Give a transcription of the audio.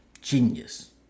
genius